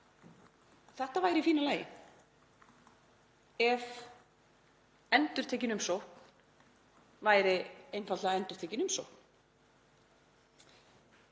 Þetta væri í fínu lagi ef endurtekin umsókn væri einfaldlega endurtekin umsókn.